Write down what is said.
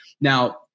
Now